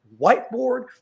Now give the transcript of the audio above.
whiteboard